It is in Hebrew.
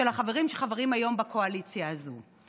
של החברים שחברים היום בקואליציה הזו.